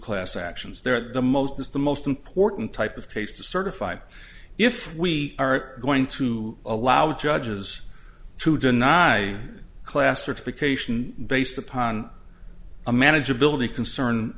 class actions they're the most is the most important type of case to certify if we are going to allow judges to deny class certification based upon a manageability concern